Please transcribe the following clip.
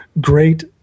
great